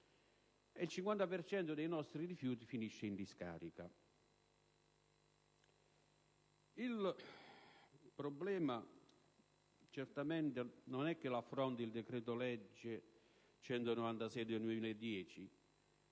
la metà dei nostri rifiuti finisce in discarica. Il problema certamente non è affrontato dal decreto-legge n. 196 del 2010,